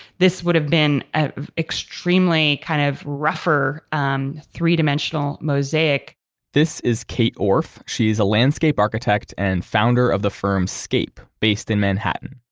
this would have been an extremely kind of, rougher um three-dimensional mosaic this is kate orff. she is a landscape architect and founder of the firm scape, based in manhattan.